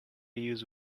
use